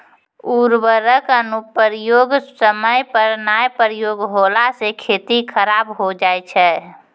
उर्वरक अनुप्रयोग समय पर नाय प्रयोग होला से खेती खराब हो जाय छै